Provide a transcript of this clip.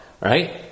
Right